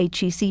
HEC